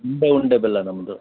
ಉಂಡೆ ಉಂಡೆ ಬೆಲ್ಲ ನಮ್ಮದು